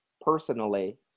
personally